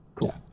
cool